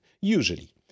usually